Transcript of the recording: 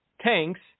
tanks